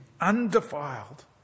undefiled